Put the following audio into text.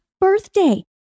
birthday